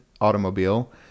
Automobile